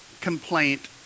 complaint